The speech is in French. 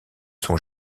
sont